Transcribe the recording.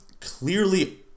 clearly